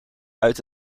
uit